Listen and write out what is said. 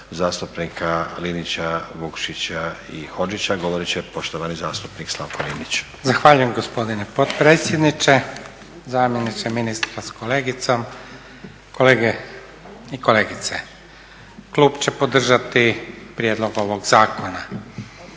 zastupnika Linića, Vukšića i Hodžića govorit će poštovani zastupnik Slavko Linić. **Linić, Slavko (Nezavisni)** Zahvaljujem gospodine potpredsjedniče, zamjeniče ministra sa kolegicom, kolege i kolegice. Klub će podržati prijedlog ovog zakona